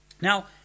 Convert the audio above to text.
Now